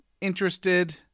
interested